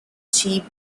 cheap